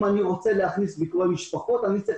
אם אני רוצה להכניס משפחות אני צריך